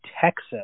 Texas